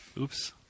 Oops